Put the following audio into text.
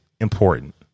important